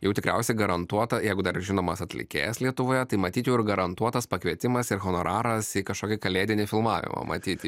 jau tikriausiai garantuota jeigu dar ir žinomas atlikėjas lietuvoje tai matyt jau ir garantuotas pakvietimas ir honoraras į kažkokį kalėdinį filmavimą matyt į